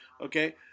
Okay